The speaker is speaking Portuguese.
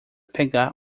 pegar